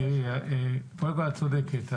את צודקת,